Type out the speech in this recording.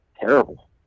terrible